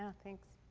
thanks.